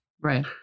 Right